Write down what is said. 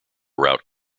route